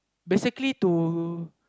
basically to